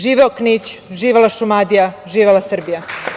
Živeo Knić, živela Šumadija, živela Srbija!